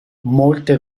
molte